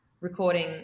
recording